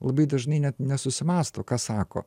labai dažnai net nesusimąsto ką sako